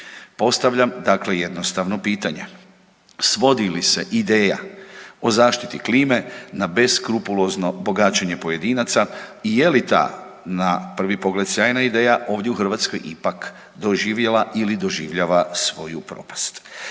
Postavljam dakle jednostavno pitanje, svodi li se ideja o zaštiti klime na beskrupulozno pogađanje pojedinaca i je li ta na prvi pogled sjajna ideja ovdje u Hrvatskoj ipak doživjela ili doživljava svoju propast.